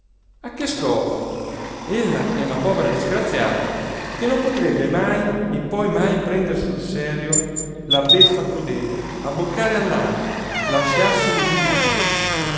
a che scopo ella è una povera disgraziata che non potrebbe mai e poi mai prender sul serio la beffa crudele abboccare all'amo lasciarsi lusingare